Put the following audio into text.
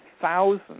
thousands